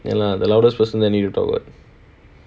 ya lah the loudest person then need to talk [what]